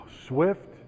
swift